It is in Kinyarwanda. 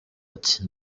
ati